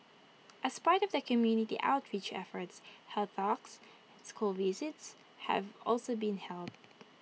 as part of the community outreach efforts health talks and school visits have also been held